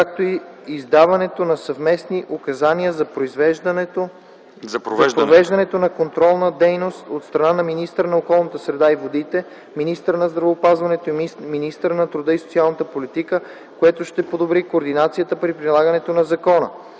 както и издаването на съвместни указания за провеждането на контролна дейност от страна на министъра на околната среда и водите, министъра на здравеопазването и министъра на труда и социалната политика, което ще подобри координацията при прилагането на закона.